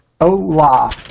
Hola